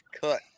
cut